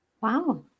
Wow